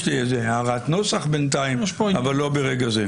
יש לי הערת נוסח אבל לא ברגע זה.